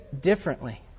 differently